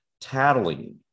tattling